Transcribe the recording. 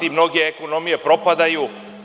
Mnoge ekonomije propadaju.